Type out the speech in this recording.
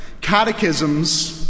Catechisms